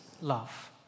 love